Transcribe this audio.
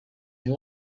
they